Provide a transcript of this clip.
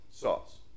Sauce